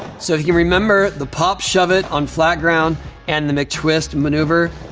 so you remember the pop shove-it on flat ground and the mctwist maneuver?